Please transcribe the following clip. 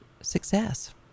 success